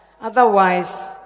Otherwise